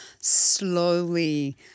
slowly